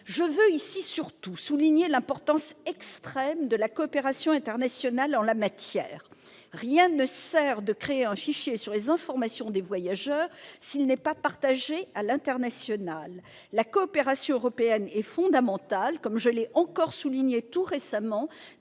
Je veux surtout souligner l'extrême importance de la coopération internationale en la matière. Rien ne sert de créer un fichier sur les informations des voyageurs s'il n'est pas partagé à l'international. La coopération européenne est fondamentale, comme je l'ai encore souligné tout récemment